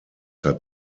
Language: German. hat